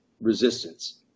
resistance